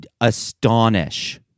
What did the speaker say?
astonish